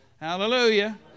Hallelujah